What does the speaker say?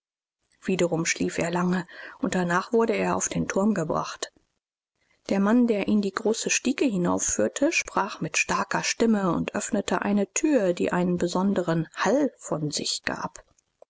wiederum schlief er lange und danach wurde er auf den turm gebracht der mann der ihn die große stiege hinaufführte sprach mit starker stimme und öffnete eine tür die einen besonderen hall von sich gab